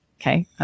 Okay